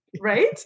right